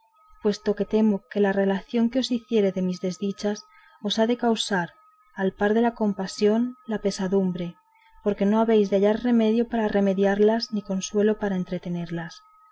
puesto que temo que la relación que os hiciere de mis desdichas os ha de causar al par de la compasión la pesadumbre porque no habéis de hallar remedio para remediarlas ni consuelo para entretenerlas